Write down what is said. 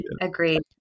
agreed